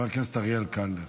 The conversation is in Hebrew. חבר הכנסת אריאל קלנר.